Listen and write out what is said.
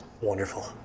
wonderful